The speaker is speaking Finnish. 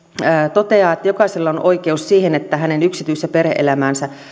toteaa että jokaisella on oikeus siihen että hänen yksityis ja perhe elämäänsä